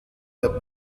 der